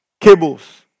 cables